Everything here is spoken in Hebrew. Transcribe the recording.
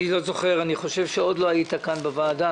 אני לא זוכר, אני חושב שעוד לא היית כאן בוועדה.